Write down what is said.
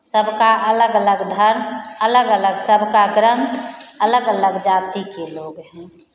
सबका अलग अलग धर्म अलग अलग सबका ग्रंथ अलग अलग जाति के लोग हैं